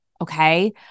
okay